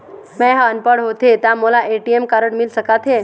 मैं ह अनपढ़ होथे ता मोला ए.टी.एम कारड मिल सका थे?